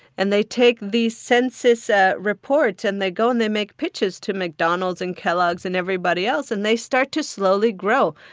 and they take the census ah report, and they go and they make pitches to mcdonald's and kellogg's and everybody else. and they start to slowly grow.